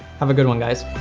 have a good one, guys.